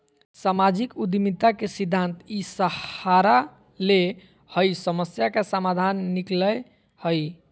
सामाजिक उद्यमिता के सिद्धान्त इ सहारा ले हइ समस्या का समाधान निकलैय हइ